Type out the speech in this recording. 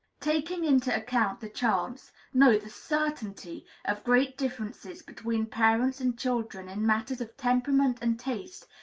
taking into account the chance no, the certainty of great differences between parents and children in matters of temperament and taste,